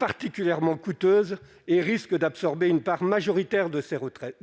particulièrement coûteuses et risque d'absorber une part majoritaire de ces retraits